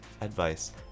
advice